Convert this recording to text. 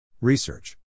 Research